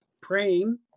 praying